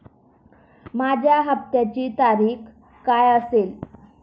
माझ्या हप्त्याची तारीख काय असेल?